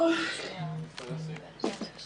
או מה אני אתן לך אחרי הנזק הזה בעוד חודש או חודש וחצי.